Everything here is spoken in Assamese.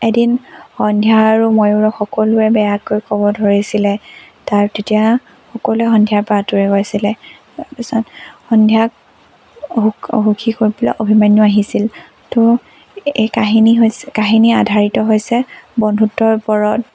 এদিন সন্ধ্যা আৰু ময়ূৰক সকলোৱে বেয়াকৈ ক'ব ধৰিছিলে তাৰ তেতিয়া সকলোৱে সন্ধ্যাৰ পৰা আঁতৰি গৈছিলে তাৰপিছত সন্ধ্যাক সু সুখী কৰিবলৈ অভিমন্য়ূ আহিছিল তো এই কাহিনী হৈছে কাহিনী আধাৰিত হৈছে বন্ধুত্বৰ ওপৰত